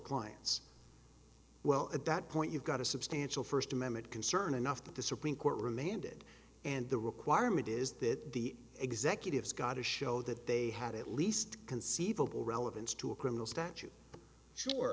clients well at that point you've got a substantial first amendment concern enough that the supreme court remanded and the requirement is that the executives got to show that they had at least conceivable relevance to a criminal statute sure